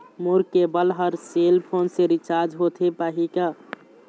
मोर cable हर cell phone से रिचार्ज होथे पाही का?